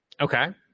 Okay